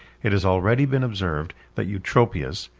it has already been observed, that eutropius,